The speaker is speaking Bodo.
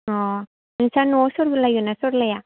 अ नोंसानि न'आव सरलायगोन ना सरलाया